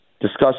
discuss